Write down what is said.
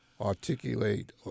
articulate